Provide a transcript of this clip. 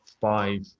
five